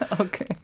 okay